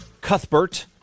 Cuthbert